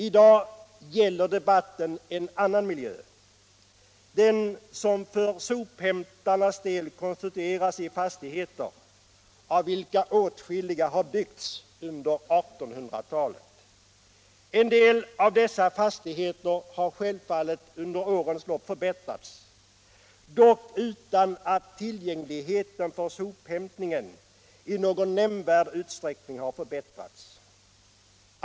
I dag gäller debatten en annan miljö — den som för sophämtarnas del konstitueras i fastigheter av vilka åtskilliga har byggts under 1800-talet. En del av dessa fastigheter har självfallet under årens lopp förbättrats — dock utan att tillgängligheten för sophämtningen i någon nämnvärd utsträckning har förbättrats.